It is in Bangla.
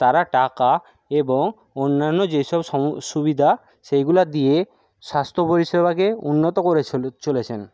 তারা টাকা এবং অন্যান্য যে সব সুবিধা সেইগুলা দিয়ে স্বাস্থ্য পরিষেবাকে উন্নত করে চলেছেন